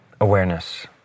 Awareness